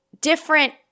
different